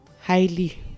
highly